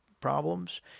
problems